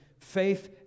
faith